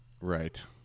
Right